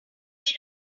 iron